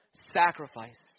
sacrifice